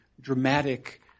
dramatic